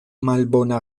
malbona